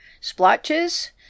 splotches